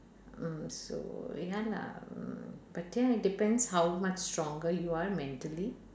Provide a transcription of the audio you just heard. mm so ya lah mm but then it depends how much stronger you are mentally